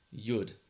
Yud